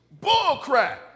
Bullcrap